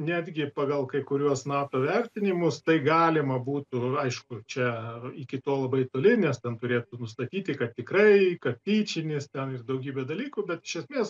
netgi pagal kai kuriuos nato vertinimus tai galima būtų aišku čia iki to labai toli nes ten turėtų nustatyti kad tikrai kad tyčinis ten ir daugybė dalykų bet iš esmės